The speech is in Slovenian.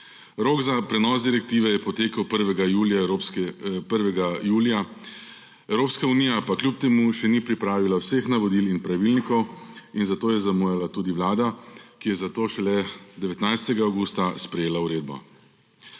Rok za prenos direktive je potekel 1. julija, Evropska unija pa kljub temu še ni pripravila vseh navodil in pravilnikov in zato je zamujala tudi Vlada, ki je zato šele 19. avgusta sprejela uredbo.